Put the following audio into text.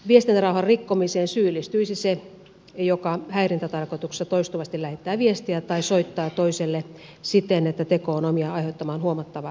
viestintärauhan rikkomiseen syyllistyisi se joka häirintätarkoituksessa toistuvasti lähettää viestejä tai soittaa toiselle siten että teko on omiaan aiheuttamaan huomattavaa häiriötä tai haittaa